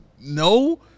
no